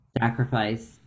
sacrifice